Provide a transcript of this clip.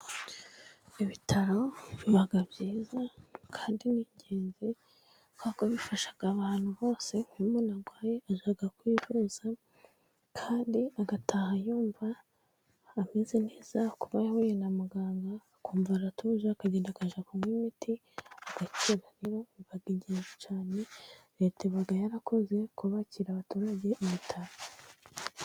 ibitaro biba byiza kandi ni ingenzi kubera ko bifasha abantu bose. Iyo umuntu arwaye, ajya kwivuza kandi agataha yumva ameze neza. Kuba yahuye na muganga akumva aratuje, akagenda, akajya kunywa imiti agakira, rero biba ingenzi cyane, Leta iba yarakoze kubakira abaturage ibitaro.